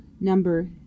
number